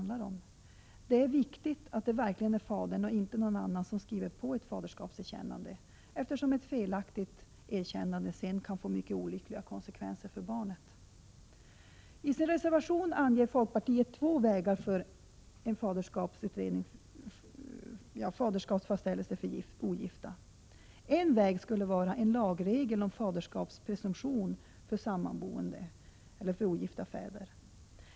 Det är viktigt att det verkligen är fadern och inte någon annan som skriver på ett faderskapserkännande, eftersom ett felaktigt erkännande sedan kan få mycket olyckliga konsekvenser för barnet. I sin reservation anger folkpartiet två vägar för fastställande av faderskap när föräldrarna är ogifta. En väg skulle vara en lagregel om faderskapspresumtion för en sammanboende.